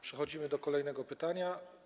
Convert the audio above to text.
Przechodzimy do kolejnego pytania.